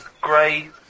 grey